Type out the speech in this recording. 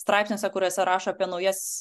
straipsniuose kuriuose rašo apie naujas